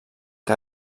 que